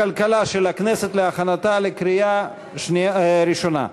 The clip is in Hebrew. הכלכלה של הכנסת להכנתה לקריאה ראשונה.